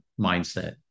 mindset